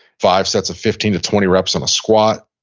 five sets of fifteen to twenty reps on a squat,